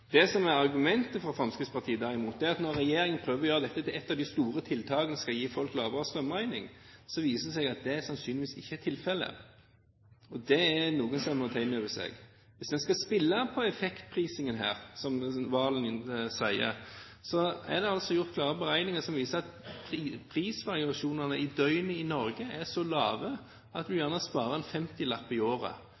Det som er argumentet for Fremskrittspartiet, derimot, er at når regjeringen prøver å gjøre dette til et av de store tiltakene som skal gi folk lavere strømregning, viser det seg at det sannsynligvis ikke er tilfellet. Det er noe som man må ta inn over seg. Hvis en skal spille på effektprisingen her, som Serigstad Valen sier, er det altså gjort klare beregninger som viser at prisvariasjonene i døgnet i Norge er så små at